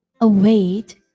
await